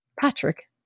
Patrick